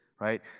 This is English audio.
Right